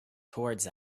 towards